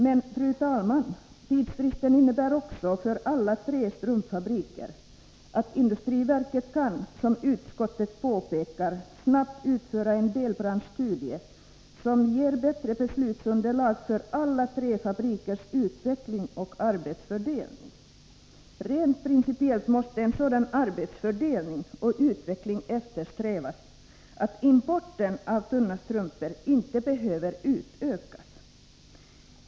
Men, fru talman, tidsfristen innebär också för alla tre strumpfabrikerna att industriverket kan — som utskottet påpekar — snabbt utföra en delbranschstudie, som ger bättre beslutsunderlag för alla tre fabrikernas utveckling och arbetsfördelning. Rent principiellt måste en sådan arbetsfördelning och utveckling eftersträvas, att importen av tunna strumpor inte behöver utökas.